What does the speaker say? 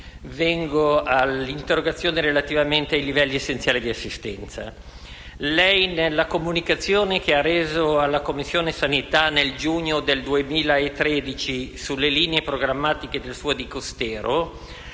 vengo all'interrogazione relativa ai livelli essenziali di assistenza. Signora Ministra, lei, nelle comunicazioni che ha reso alla Commissione sanità nel giugno 2013 sulle linee programmatiche del suo Dicastero,